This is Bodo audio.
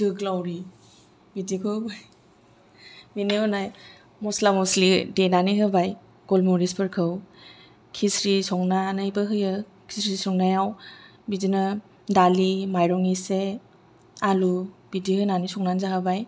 जोग्लाउरि बिदिखौ होबाय बेनि उनाव मस्ला मस्लि देनानै होबाय गलमरिसफोरखौ खिस्रि संनानैबो होयो खिस्रि संनायाव बिदिनो दालि माइरं एसे आलु बिदि होनानै संना जाहोबाय